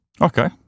Okay